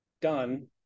done